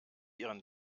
ihren